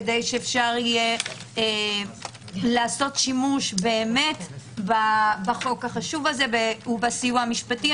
כדי שאפשר יהיה לעשות שימוש באמת בחוק החשוב הזה ובסיוע המשפטי.